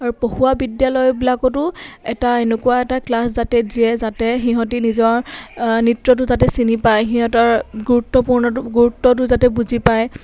আৰু পঢ়োৱা বিদ্যালয়বিলাকতো এটা এনেকুৱা এটা ক্লাছ যাতে দিয়ে যাতে সিহঁতে নিজৰ নৃত্যটো যাতে চিনি পায় সিহঁতৰ গুৰুত্বপূৰ্ণটো গুৰুত্বটো যাতে বুজি পায়